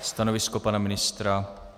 Stanovisko pana ministra?